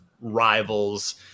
rivals